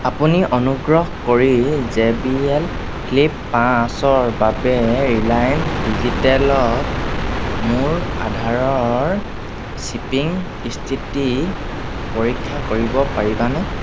আপুনি অনুগ্ৰহ কৰি জে বি এল ফ্লিপ পাঁচৰ বাবে ৰিলায়েন্স ডিজিটেলত মোৰ অৰ্ডাৰৰ শ্বিপিং স্থিতি পৰীক্ষা কৰিব পাৰিবানে